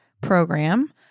program